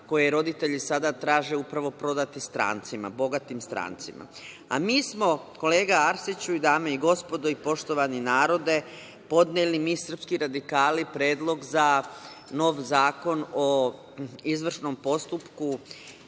koje roditelji sada traže upravo prodati strancima, bogatim strancima. Kolega Arsiću, dame i gospodo, poštovani narode, mi srpski radikali smo podneli predlog za nov Zakon o izvršnom postupku